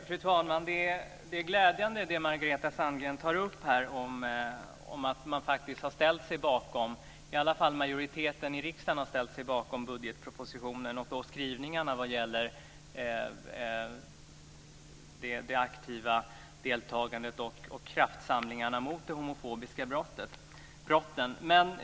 Fru talman! Det Margareta Sandgren tar upp är glädjande. I varje fall har majoriteten i riksdagen ställt sig bakom budgetpropositionen och skrivningarna vad gäller det aktiva deltagandet och kraftsamlingen mot de homofobiska brotten.